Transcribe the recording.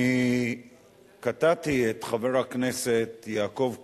אני קטעתי את חבר הכנסת יעקב כץ.